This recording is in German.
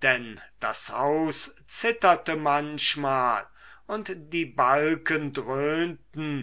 denn das haus zitterte manchmal und die balken dröhnten